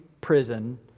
prison